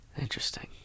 Interesting